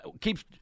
keeps